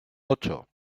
ocho